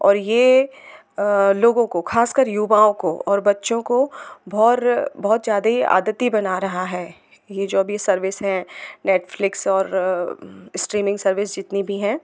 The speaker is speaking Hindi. और यह लोगों को खासकर युवाओं को और बच्चों को भोर बहुत ज़्यादा ही आदिती बना रहा है यह जो अब यह सर्विस हैं नेटफ्लिक्स और स्ट्रीमिंग सर्विस जितनी भी हैं